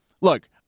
look